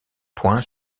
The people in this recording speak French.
point